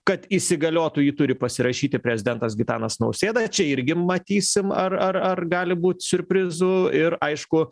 kad įsigaliotų jį turi pasirašyti prezidentas gitanas nausėda čia irgi matysim ar ar ar gali būt siurprizų ir aišku